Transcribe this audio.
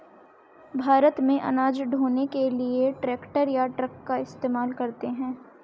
भारत में अनाज ढ़ोने के लिए ट्रैक्टर या ट्रक का इस्तेमाल करते हैं